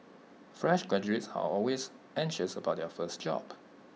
fresh graduates are always anxious about their first job